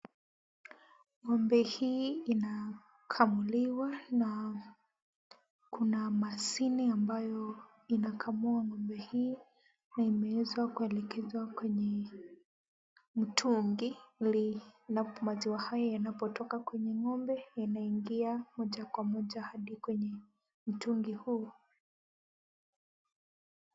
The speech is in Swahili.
Ng'ombe hii inakamuliwa na kuna mashine ambayo inakamua ng'ombe hii na imeweza kuelekezwa kwenye mtungi ili maziwa haya yanapotoka kwenye ng'ombe inaingia moja kwa moja hadi kwenye mtungi huu.